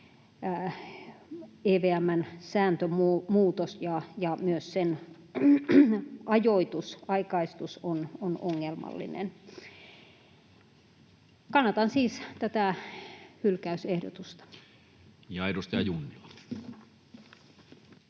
EVM:n sääntömuutos ja myös sen ajoitus, aikaistus, on ongelmallinen. Kannatan siis tätä hylkäysehdotusta. [Speech 106]